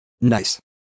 Nice